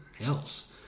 else